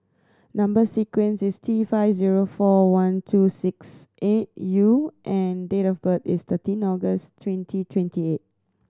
number sequence is T five zero four one two six eight U and date of birth is thirteen August twenty twenty eight